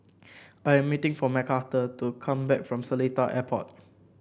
I am meeting for Mcarthur to come back from Seletar Airport